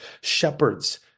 shepherds